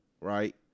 right